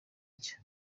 nshya